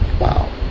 Wow